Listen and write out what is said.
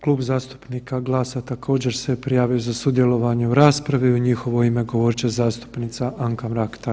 Klub zastupnika GLAS-a također se prijavio za sudjelovanje u raspravi u njihovo ime govorit će zastupnica Anka Mrak